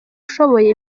ushoboye